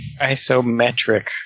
Isometric